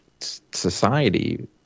society